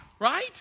right